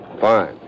Fine